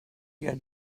your